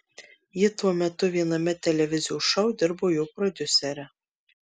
ji tuo metu viename televizijos šou dirbo jo prodiusere